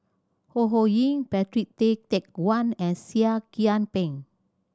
Ho Ho Ying Patrick Tay Teck Guan and Seah Kian Peng